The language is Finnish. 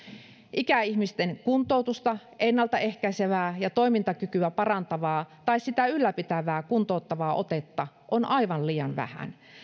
ikäihmisten kuntoutusta ennalta ehkäisevää ja toimintakykyä parantavaa tai sitä ylläpitävää kuntouttavaa otetta on aivan liian vähän